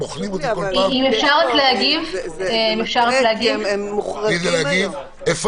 אבל זה מטעה, כי הם מוחרגים היום.